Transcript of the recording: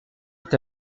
est